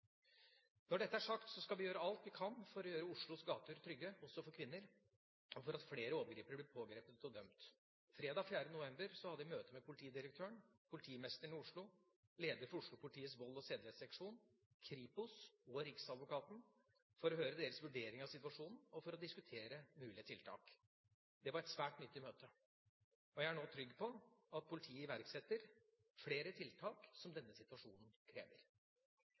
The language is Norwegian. Når dette er sagt, skal vi gjøre alt vi kan for å gjøre Oslos gater trygge – også for kvinner – og for at flere overgripere blir pågrepet og dømt. Fredag 4. november hadde jeg møte med politidirektøren, politimesteren i Oslo, leder for Oslo-politiets volds- og sedelighetsseksjon, Kripos og riksadvokaten for å høre deres vurdering av situasjonen og for å diskutere mulige tiltak. Det var et svært nyttig møte, og jeg er nå trygg på at politiet iverksetter flere tiltak, som denne situasjonen krever. Voldtektssaker er utfordrende å etterforske og bevise og krever